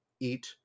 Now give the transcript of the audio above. Eat